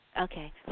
Okay